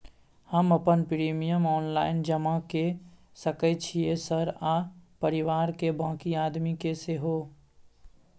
हम अपन premium online जमा के सके छियै सर आ परिवार के बाँकी आदमी के सेहो?